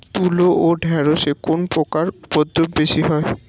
তুলো ও ঢেঁড়সে কোন পোকার উপদ্রব বেশি হয়?